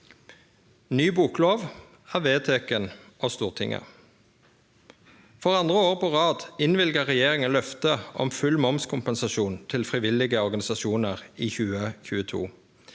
Ny boklov er vedteken av Stortinget. For andre år på rad innvilga regjeringa løftet om full momskompensasjon til frivillige organisasjoner i 2022.